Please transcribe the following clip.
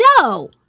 No